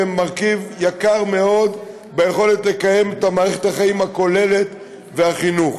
שהן מרכיב יקר מאוד ביכולת לקיים את מערכת החיים הכוללת ואת החינוך.